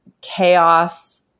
chaos